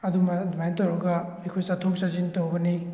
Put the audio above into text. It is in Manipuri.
ꯑꯗꯨꯝꯅ ꯑꯗꯨꯃꯥꯏꯅ ꯇꯧꯔꯒ ꯑꯩꯈꯣꯏ ꯆꯠꯊꯣꯛ ꯆꯠꯁꯤꯟ ꯇꯧꯕꯅꯤ